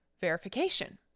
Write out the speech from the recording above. verification